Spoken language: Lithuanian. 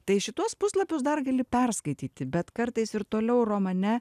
tai šituos puslapius dar gali perskaityti bet kartais ir toliau romane